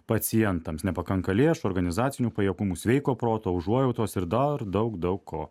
pacientams nepakanka lėšų organizacinių pajėgumų sveiko proto užuojautos ir dar daug daug ko